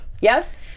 Yes